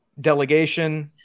delegation